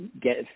get